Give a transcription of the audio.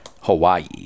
Hawaii